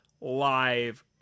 live